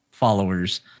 followers